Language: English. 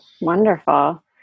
Wonderful